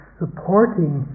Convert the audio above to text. supporting